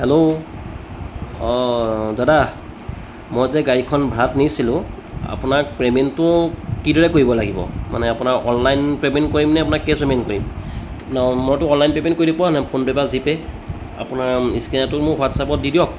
hello অঁ দাদা মই যে গাড়ীখন ভাৰাত নিছিলোঁ আপোনাক পে'মেণ্টটো কিদৰে কৰিব লাগিব মানে আপোনাৰ অনলাইন পে'মেণ্ট কৰিমনে আপোনাক কেচ পে'মেণ্ট কৰিম মইতো অনলাইন পে'মেণ্ট কৰি দিব পৰা নাই ফোন পে' বা জিপে' আপোনাৰ স্কেনাৰটো মোক হোৱাটছএপত দি দিয়ক